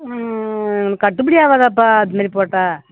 கட்டுப்படி ஆகாதப்பா அது மாரி போட்டால்